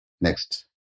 Next